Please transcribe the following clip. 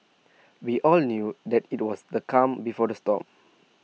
we all knew that IT was the calm before the storm